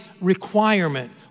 requirement